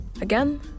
Again